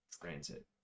transit